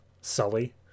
Sully